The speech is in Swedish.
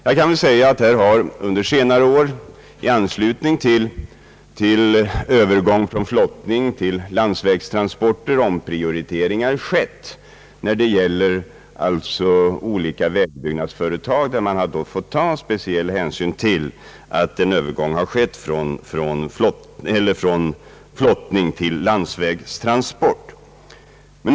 Jag kan framhålla att under senare år i anslutning till övergång från flottning till landsvägstransporter omprioriteringar har skett för olika vägbyggnadsföretag. Man har då fått taga speciell hänsyn till att en övergång skett från flottning till landsvägstransport.